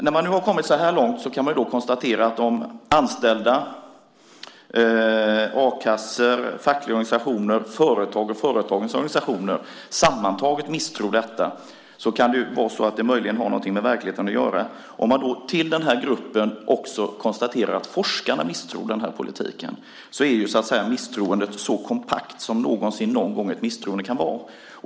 När man nu har kommit så här långt kan man konstatera att om anställda, a-kassor, fackliga organisationer, företag och företagarnas organisationer sammantaget misstror detta, så kan det ju vara så att det möjligen har någonting med verkligheten att göra. Om man då utöver den här gruppen också konstaterar att forskarna misstror den här politiken så är ju så att säga misstroendet så kompakt som någonsin någon gång ett misstroende kan vara.